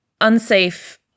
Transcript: unsafe